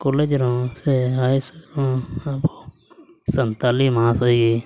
ᱨᱮᱦᱚᱸ ᱥᱮ ᱨᱮᱦᱚᱸ ᱟᱵᱚ ᱥᱟᱱᱛᱟᱲᱤ ᱢᱚᱦᱟᱥᱚᱭ ᱜᱮ